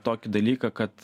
tokį dalyką kad